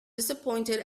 disappointed